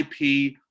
IP